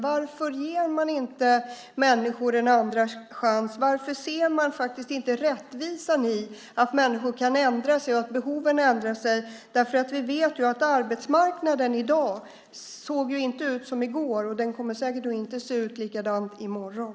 Varför ger man inte människor en andra chans? Varför ser man inte rättvisan i att människor kan ändra sig och att behoven ändrar sig? Vi vet att arbetsmarknaden i dag inte ser ut som i går, och den kommer säkert inte att se likadan ut i morgon.